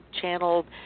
channeled